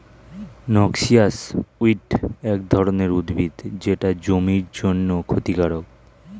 noxious weed এক ধরনের উদ্ভিদ যেটা জমির জন্যে ক্ষতিকারক